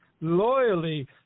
Loyally